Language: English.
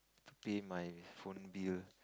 pay my phone bill